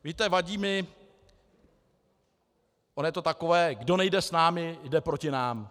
Víte, vadí mi ono je to takové kdo nejde s námi, jde proti nám.